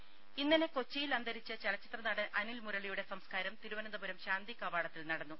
രുമ ഇന്നലെ കൊച്ചിയിൽ അന്തരിച്ച ചലച്ചിത്ര നടൻ അനിൽ മുരളിയുടെ സംസ്കാരം തിരുവനന്തപുരം ശാന്തി കവാടത്തിൽ നടന്നു